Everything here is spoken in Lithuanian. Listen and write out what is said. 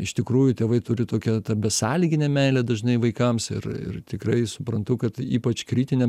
iš tikrųjų tėvai turi tokią tą besąlyginę meilę dažnai vaikams ir ir tikrai suprantu kad ypač kritinėm